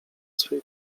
swej